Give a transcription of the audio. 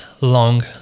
long